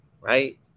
right